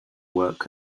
work